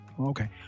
Okay